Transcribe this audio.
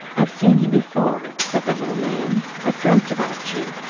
i've seen you before, said the little man, i've dreamt about you.